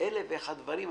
אלף ואחד דברים.